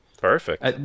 Perfect